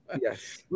Yes